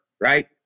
right